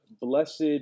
blessed